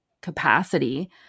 capacity